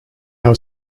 how